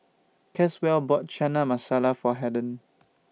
Caswell bought Chana Masala For Harden